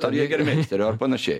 jėgermeisterio ar panašiai